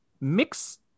mix